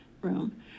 room